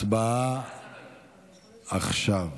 הצבעה עכשיו.